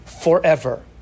forever